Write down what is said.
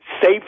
safe